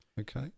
Okay